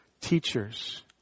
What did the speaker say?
Teachers